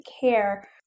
care